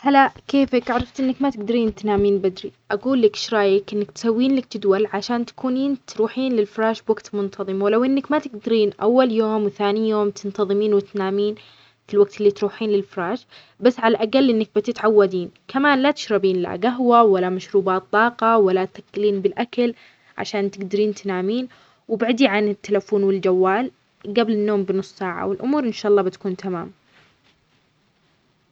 إذا كنت تجد صعوبة في النوم، جرب أن تحسن روتينك قبل النوم. حاول تبتعد عن الشاشات مثل الموبايل أو التلفزيون قبل النوم بساعة على الأقل، وخفف من تناول الكافيين